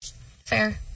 Fair